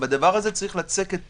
בדבר הזה צריך לצקת תוכן.